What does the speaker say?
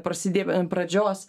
prasidėjo pradžios